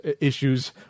issues